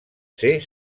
ser